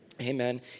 amen